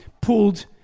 pulled